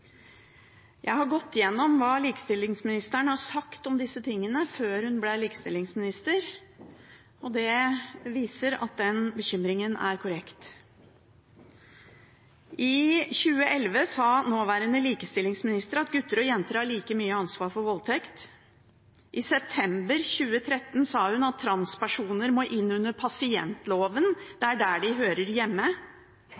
Jeg har gått igjennom hva likestillingsministeren har sagt om disse tingene før hun ble likestillingsminister. Det viser at den bekymringen er korrekt. I 2011 sa den nåværende likestillingsministeren at gutter og jenter har like mye ansvar for voldtekt. I september 2013 sa hun at transpersoner må inn under pasientloven,